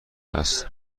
است